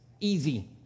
easy